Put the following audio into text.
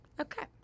Okay